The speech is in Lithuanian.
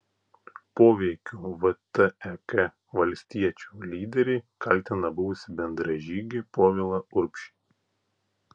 poveikiu vtek valstiečių lyderiai kaltina buvusį bendražygį povilą urbšį